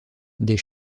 des